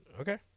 Okay